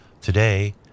Today